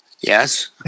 yes